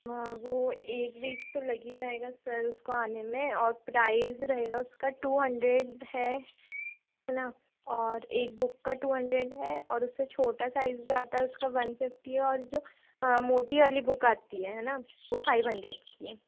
हाँ वो एक वीक तो लग ही जाएगा सर उसको आने में और प्राइज़ रहेगा उसका टू हंड्रेड है है ना और एक बुक का टू हंड्रेड है और उससे छोटा साइज़ जो आता है उसका वन फिफ्टी है और जो मोटी वाली बुक आती है है ना वो फाइव हंड्रेड की है